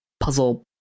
puzzle